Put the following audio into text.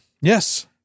Yes